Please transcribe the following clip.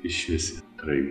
išvis kitaip